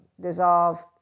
dissolved